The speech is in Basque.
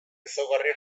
ezaugarri